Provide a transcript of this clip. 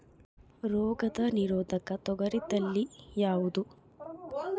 ರೋಗ ನಿರೋಧಕ ತೊಗರಿ ತಳಿ ಯಾವುದು?